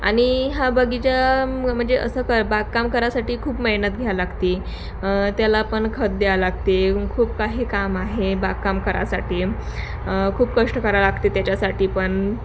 आणि हा बगिचा म म्हणजे असं की बागकाम करासाठी खूप मेहनत घ्यावी लागते त्याला पण खत द्यावे लागते खूप काही काम आहेत बागकाम करण्यासाठी खूप कष्ट करावे लागते त्याच्यासाठी पण